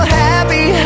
happy